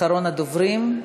אחרון הדוברים,